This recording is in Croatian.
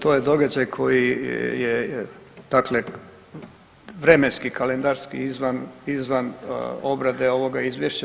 To je događaj koji je, dakle vremenski, kalendarski izvan obrade ovoga izvješća.